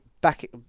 back